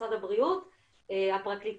משרד הבריאות והפרקליטות,